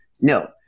no